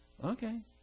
Okay